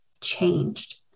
changed